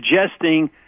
suggesting